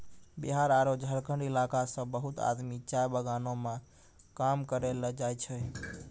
बिहार आरो झारखंड इलाका सॅ बहुत आदमी चाय बगानों मॅ काम करै ल जाय छै